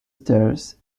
stairs